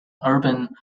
urban